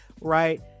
right